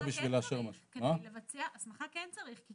אבל הסמכה כן צריך.